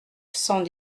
cent